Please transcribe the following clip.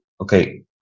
okay